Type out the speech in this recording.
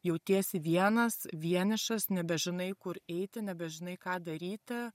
jautiesi vienas vienišas nebežinai kur eiti nebežinai ką daryti